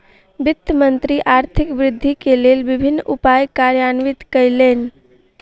वित्त मंत्री आर्थिक वृद्धि के लेल विभिन्न उपाय कार्यान्वित कयलैन